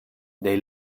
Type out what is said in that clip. they